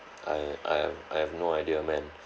I I have I have no idea man